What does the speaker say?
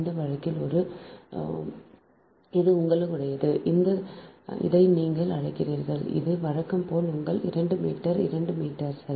இந்த வழக்கில் இது உங்களுடையது இதை நீங்கள் அழைக்கிறீர்கள் இது வழக்கம் போல் உங்கள் 2 மீட்டர் 2 மீட்டர் சரி